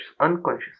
unconscious